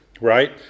Right